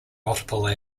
multiple